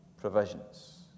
provisions